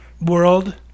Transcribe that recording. world